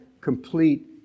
complete